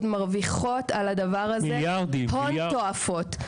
מרוויחות על הדבר הזה הון תועפות.